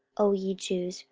o ye jews,